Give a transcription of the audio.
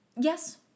Yes